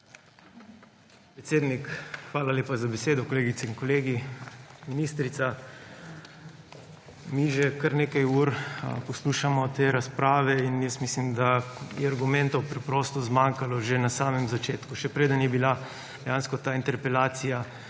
hvala lepa za besedo. Kolegice in kolegi! Ministrica, mi že kar nekaj ur poslušamo te razprave in jaz mislim, da je argumentov preprosto zmanjkalo že na samem začetku, še preden je bila dejansko ta interpelacija